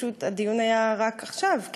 פשוט הדיון היה רק עכשיו.